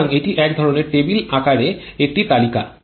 সুতরাং এটি এক ধরনের টেবিল আকারে একটি তালিকা